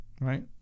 right